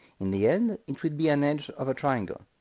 in the end, it will be an edge of a triangle,